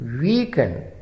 weaken